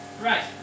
Right